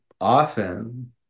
often